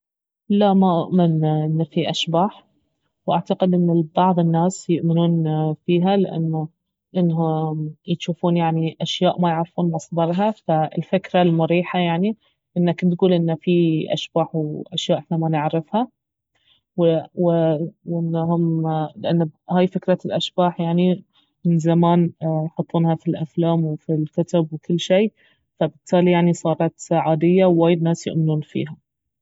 لا ما اؤمن انه في اشباح واعتقد انه بعض الناس يؤمنون فيها لانهم يجوفون يعني أشياء ما يعرفون مصدرها فالفكرة المريحة يعني انك تقول انه في اشباح واشياء احنا ما نعرفها و انهم لانه هاي فكرة الاشباح يعني من زمان يحطونها في الأفلام وفي الكتب وكل شي فبالتالي يعني صارت عادية ووايد ناس يؤمنون فيها